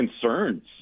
concerns